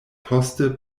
poste